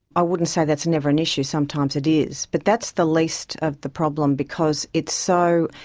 i wouldn't say that's never an issue, sometimes it is, but that's the least of the problem because it so,